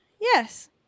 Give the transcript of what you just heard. Yes